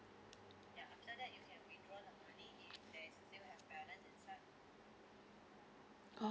oh